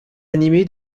animé